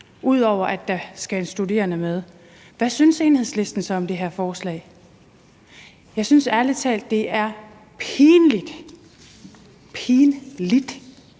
ud over at der skal studerende med. Hvad synes Enhedslisten om det her forslag? Jeg synes ærlig talt, det er pinligt – pinligt